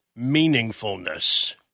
meaningfulness